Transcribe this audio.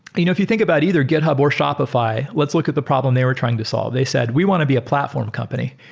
you know if you think about either github or shopify, let's look at the problem they were trying to solve. they said we want to be a platform company.